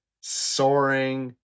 soaring